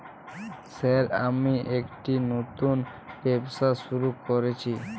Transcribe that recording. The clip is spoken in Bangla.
স্যার আমি একটি নতুন ব্যবসা শুরু করেছি?